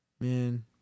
Man